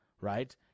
right